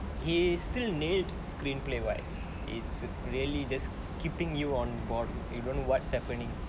he still need screenplay wise it's really just keeping you on board you don't know what's happening